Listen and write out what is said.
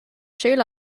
siúl